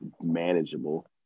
manageable